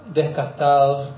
descastados